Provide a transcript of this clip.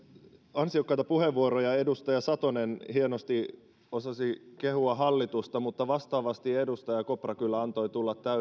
ansiokkaita puheenvuoroja ja edustaja satonen hienosti osasi kehua hallitusta mutta vastaavasti edustaja kopra kyllä antoi tulla